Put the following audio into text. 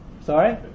Sorry